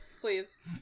please